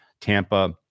Tampa